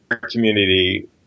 community